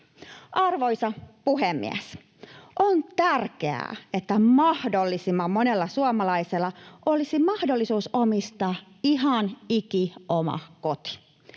Arvoisa puhemies! On tärkeää, että mahdollisimman monella suomalaisella olisi mahdollisuus omistaa ihan ikioma koti.